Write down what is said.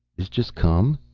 this just come?